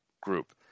group